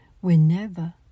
whenever